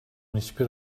hiçbir